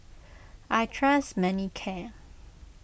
I trust Manicare